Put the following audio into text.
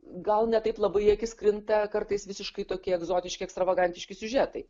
gal ne taip labai į akis krinta kartais visiškai tokie egzotiški ekstravagantiški siužetai